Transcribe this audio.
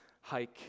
hike